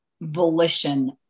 volition